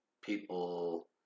people